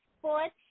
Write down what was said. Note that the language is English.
Sports